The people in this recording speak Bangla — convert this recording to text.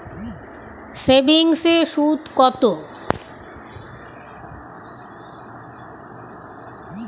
সেভিংসে সুদ কত?